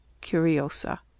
Curiosa